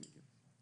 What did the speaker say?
נכון.